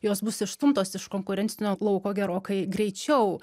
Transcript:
jos bus išstumtos iš konkurencinio lauko gerokai greičiau